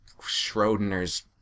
Schrodinger's